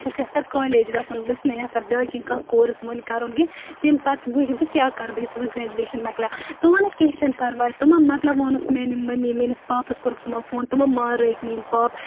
چھَس یَژھان کالج گَژھُن بہٕ چھَس نہٕ یَژھان باقٕے کانٛہہ کورس وٕنہ کَرُن کینٛہہ تمہ پَتہٕ وٕچھِ بہٕ کیاہ کَرٕ بہٕ یُتھٕے بہٕ گریٚجویشَن مۄکلاو تہٕ ووٚنُکھ کینٛہہ چھُن پَرواے تِمَن مَطلَب وونھکھ میانہِ مٔمی میٲنِس پاپَس کوٚرُکھ تمو فون تمو مانرٲیِکھ میانٛۍ پاپہٕ